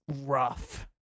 rough